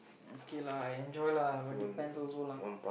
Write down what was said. okay lah I enjoy lah but depends also lah